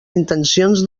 intencions